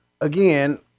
again